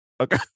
Okay